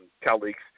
colleagues